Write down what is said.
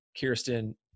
Kirsten